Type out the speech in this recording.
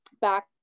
back